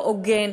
לא הוגן,